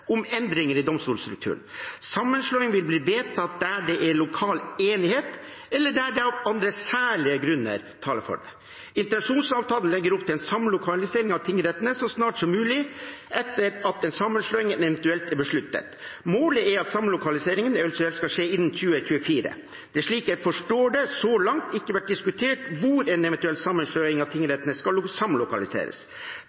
om endringer i domstolsstrukturen. Sammenslåing vil bli vedtatt der det er lokal enighet, eller der det av andre særlige grunner taler for det. Intensjonsavtalen legger opp til en samlokalisering av tingrettene så snart som mulig etter at en sammenslåing eventuelt er besluttet. Målet er at samlokaliseringen eventuelt skal skje innen 2024. Det har, slik jeg forstår det, så langt ikke vært diskutert hvor en eventuell sammenslåing av